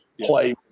play